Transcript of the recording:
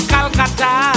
Calcutta